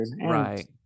Right